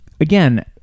again